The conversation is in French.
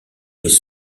les